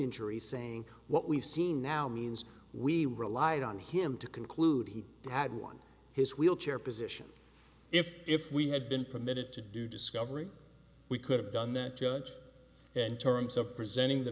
injury saying what we've seen now means we relied on him to conclude he had won his wheelchair position if if we had been permitted to do discovery we could have done that in terms of presenting the